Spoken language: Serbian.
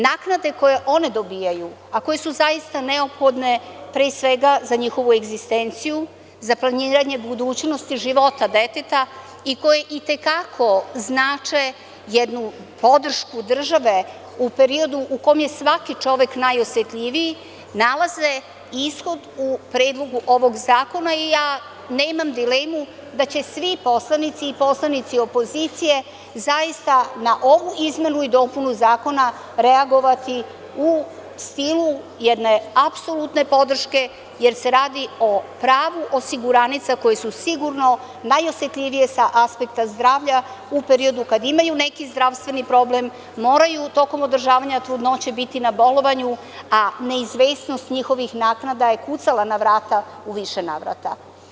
Naknade koje one dobijaju, a koje su zaista neophodne pre svega za njihovu egzistenciju, za planiranje budućnosti, života deteta i koje i te kako znače jednu podršku države u periodu u kom je svaki čovek naj osetljiviji nalaze ishod u Predlogu ovog zakona i ja nemam dilemu da će svi poslanici opozicije zaista na ovu izmenu i dopunu zakona reagovati u stilu jedne apsolutne podrške, jer se radi o pravu osiguranica, koje su sigurno najosetljivije sa aspekta zdravlja u periodu kada imaju neki zdravstveni problem, moraju tokom održavanja trudnoće biti na bolovanju, a neizvesnost njihovih naknada je kucala na vrata u više navrata.